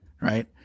right